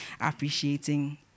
appreciating